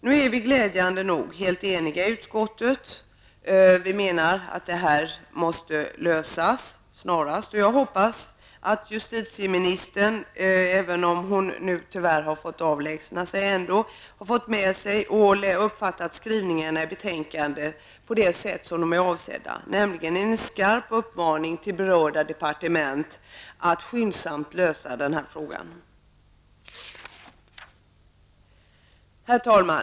Nu är vi glädjande nog helt eniga i utskottet. Vi menar att problemen måste lösas snarast. Jag hoppas att justitieministern -- tyvärr har hon måst avlägsna sig från kammaren -- har uppfattat skrivningen i betänkandet som den är avsedd att uppfattas, nämligen som en skarp uppmaning till berörda departement att skyndsamt lösa frågan. Herr talman!